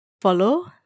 follow